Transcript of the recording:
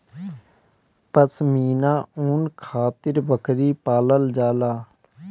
पश्मीना ऊन खातिर बकरी पालल जाला